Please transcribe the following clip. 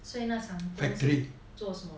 所以那场工是做什么